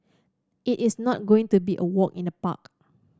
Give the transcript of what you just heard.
it is not going to be a walk in the park